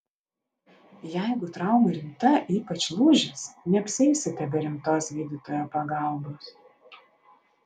jeigu trauma rimta ypač lūžis neapsieisite be rimtos gydytojo pagalbos